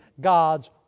God's